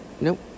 nope